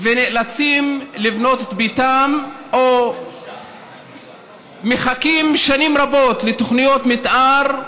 ונאלצים לבנות את ביתם או מחכים שנים רבות לתוכניות מתאר,